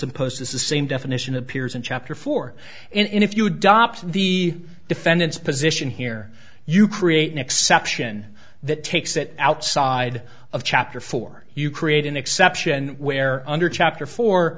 imposed this is same definition appears in chapter four and if you adopt the defendant's position here you create an exception that takes it outside of chapter four you create an exception where under chapter